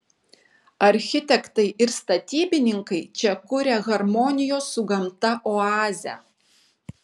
architektai ir statybininkai čia kuria harmonijos su gamta oazę